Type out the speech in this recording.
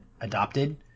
adopted